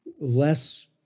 less